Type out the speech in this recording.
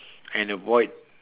and avoid